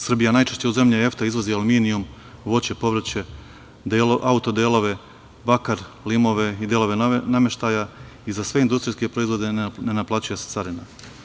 Srbija najčešće u zemlji EFTA izvozi aluminijum, voće, povrće, auto delove, bakar, lim i delove novog nameštaja i za sve industrijske proizvode ne naplaćuje se carina.